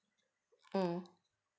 mm